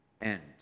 end